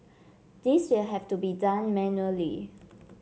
this will have to be done manually